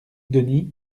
denis